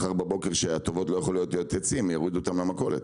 מחר בבוקר כשהן לא יכולות להיות אצלי אז יורידו אותן למכולת.